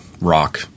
rock